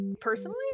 personally